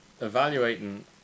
evaluating